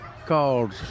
called